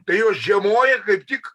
tai jos žiemoja kaip tik